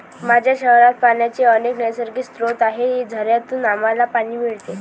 माझ्या शहरात पाण्याचे अनेक नैसर्गिक स्रोत आहेत, झऱ्यांतून आम्हाला पाणी मिळते